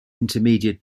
intermediate